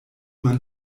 man